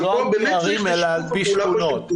פה צריך שיתוף פעולה של כולם,